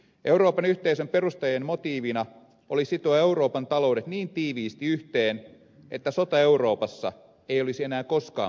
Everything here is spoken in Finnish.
euroopan yhteisön perustajien motiivina oli sitoa euroopan taloudet niin tiiviisti yhteen että sota euroopassa ei olisi enää koskaan mahdollinen